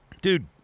dude